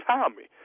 Tommy